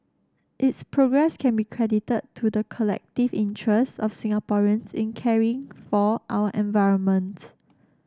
its progress can be credited to the collective interests of Singaporeans in caring for our environments